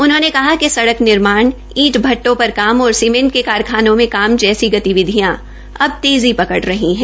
उन्होंने कहा कि सड़क निर्माण ईंट भट्ठो पर काम ओर सीमेंट के कारखानों में काम जैसी गतिविधियां अब तेजी पकड़ रही है